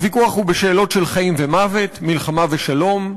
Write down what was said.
הוויכוח הוא בשאלות של חיים ומוות, מלחמה ושלום,